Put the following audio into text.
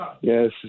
Yes